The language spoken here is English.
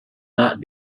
not